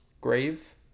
grave